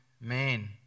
man